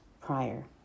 prior